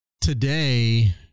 Today